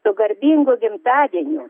su garbingu gimtadieniu